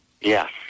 yes